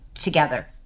together